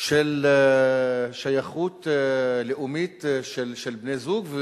של שייכות לאומית של בני-זוג,